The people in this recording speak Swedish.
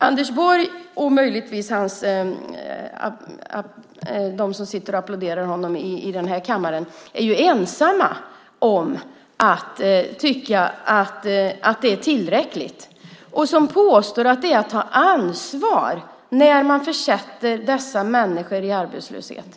Anders Borg och möjligtvis de som i denna kammare applåderar honom är ensamma om att tycka att det är tillräckligt och om att påstå att det är att ta ansvar när man försätter människor i arbetslöshet.